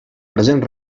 present